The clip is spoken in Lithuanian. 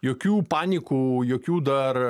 jokių panikų jokių dar